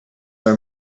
are